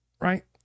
Right